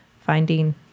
finding